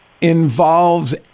involves